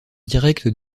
directes